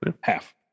Half